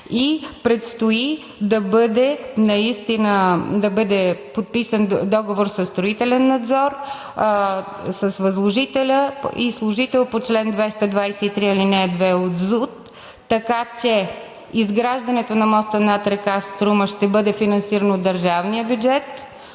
и предстои да бъде наистина подписан договор със строителен надзор, с възложителя и служител по чл. 223, ал. 2 от ЗУТ, така че изграждането на моста над река Струма ще бъде финансирано от държавния бюджет.